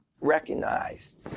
recognized